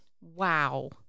Wow